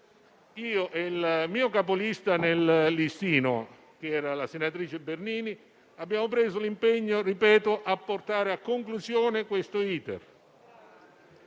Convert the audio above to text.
io e il mio capolista nel listino, la senatrice Bernini, abbiamo preso l'impegno a portare a conclusione questo